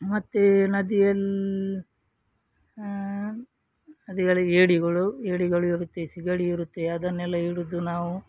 ಮತ್ತು ನದಿಯಲ್ಲಿ ನದಿಗಳಿಗೆ ಏಡಿಗಳು ಏಡಿಗಳು ಇರುತ್ತೆ ಸೀಗಡಿ ಇರುತ್ತೆ ಅದನ್ನೆಲ್ಲ ಹಿಡಿದು ನಾವು